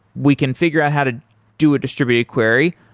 we can figure out how to do a distributed query,